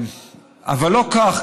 אבל לא כך,